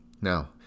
Now